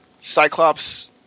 Cyclops